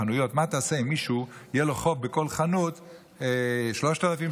חנויות: מה תעשה אם למישהו יהיה חוב בכל חנות של 3,000 שקל,